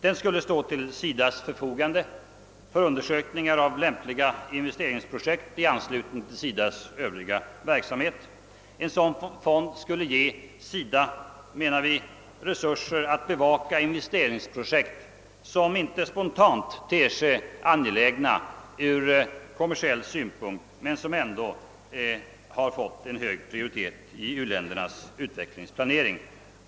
Den skulle stå till SIDA:s förfogande för undersökningar av lämpliga investeringsprojekt i anslutning till SIDA:s övriga verksamhet. En sådan fond menar vi skulle ge SIDA resurser att bevaka investeringsprojekt, som inte spontant ter sig angelägna från kommersiell synpunkt men som ändå har fått hög prioritet i u-ländernas utvecklingsplanering.